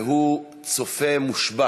והוא צופה מושבע